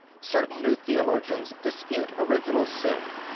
certain new theologians dispute original sin,